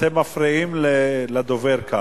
אתם מפריעים לדוברת.